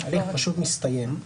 ההליך פשוט מסתיים.